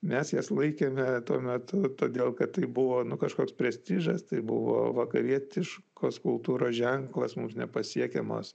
mes jas laikėme tuomet todėl kad tai buvo nu kažkoks prestižas tai buvo vakarietiškos kultūros ženklas mums nepasiekiamas